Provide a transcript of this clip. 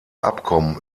abkommen